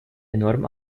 enorm